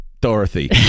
Dorothy